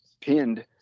pinned